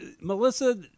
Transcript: Melissa